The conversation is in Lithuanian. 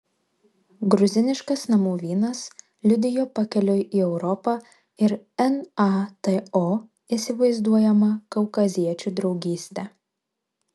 gruziniškas namų vynas liudijo pakeliui į europą ir nato įsivaizduojamą kaukaziečių draugystę